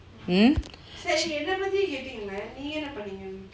hmm